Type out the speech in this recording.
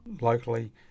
locally